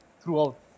throughout